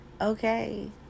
okay